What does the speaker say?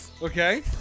Okay